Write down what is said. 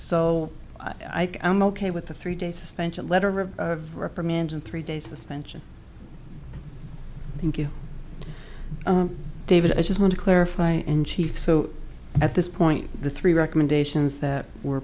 so i am ok with the three day suspension letter of reprimand and three day suspension thank you david i just want to clarify in chief so at this point the three recommendations that were